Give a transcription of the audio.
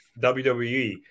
wwe